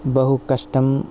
बहु कष्टं